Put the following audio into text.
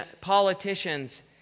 politicians